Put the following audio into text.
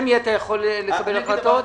מה